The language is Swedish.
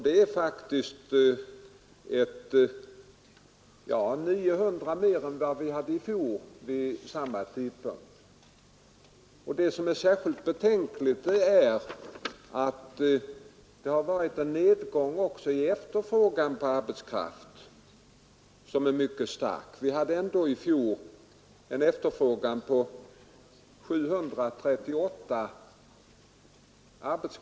Det är faktiskt 900 fler än i fjol vid samma tidpunkt. Särskilt betänkligt är att det också varit en mycket kraftig nedgång i efterfrågan på arbetskraft. I oktober i fjol hade vi en arbetskraftsefterfrågan på 738 personer.